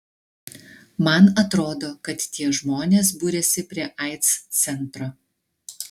man atrodo kad tie žmonės buriasi prie aids centro